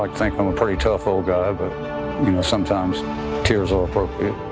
like think, i'm a pretty tough old guy, but sometimes tears are appropriate.